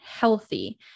healthy